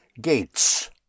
gates